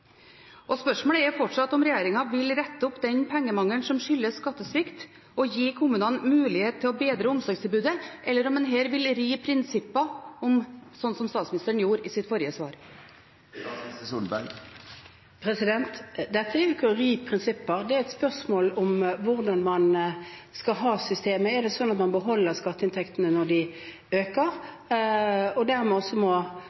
Spørsmålet er fortsatt om regjeringen vil rette opp den pengemangelen som skyldes skattesvikt, og gi kommunene mulighet til å bedre omsorgstilbudet, eller om en her vil ri prinsipper, slik som statsministeren gjorde i sitt forrige svar. Dette er ikke å ri prinsipper, det er et spørsmål om hvordan man skal ha systemet. Er det slik at man beholder skatteinntektene når de øker, og dermed også må håndtere en situasjon hvor skatteinntektene blir mindre, må